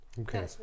Okay